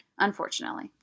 Unfortunately